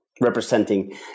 representing